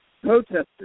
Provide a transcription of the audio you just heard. protesters